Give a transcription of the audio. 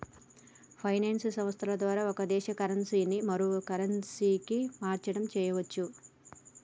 finance సంస్థల ద్వారా ఒక దేశ కరెన్సీ మరో కరెన్సీకి మార్చడం చెయ్యచ్చు